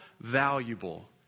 valuable